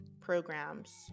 programs